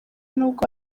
nubwo